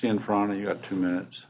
in front of you had two minutes